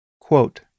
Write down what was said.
Quote